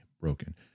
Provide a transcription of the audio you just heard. broken